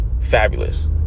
fabulous